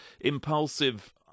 impulsive